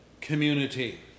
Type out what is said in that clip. community